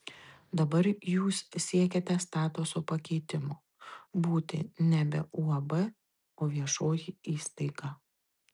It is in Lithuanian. dabar jūs siekiate statuso pakeitimo būti nebe uab o viešoji įstaiga